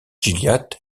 gilliatt